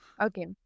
Okay